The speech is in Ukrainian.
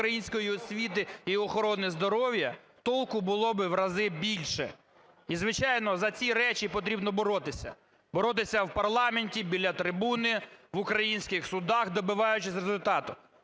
української освіти і охорони здоров'я, толку було б у рази більше. І, звичайно, за ці речі потрібно боротися, боротися в парламенті, біля трибуни, в українських судах, добиваючись результату,